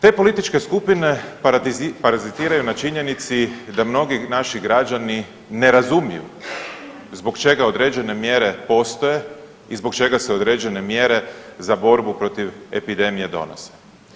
Te političke skupine parazitiraju na činjenici da mnogi naši građani ne razumiju zbog čega određene mjere postoje i zbog čega se određene mjere za borbu protiv epidemije donose.